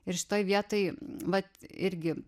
ir šitoj vietoj vat irgi